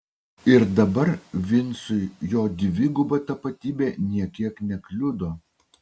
ir dabar vincui jo dviguba tapatybė nė kiek nekliudo